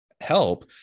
help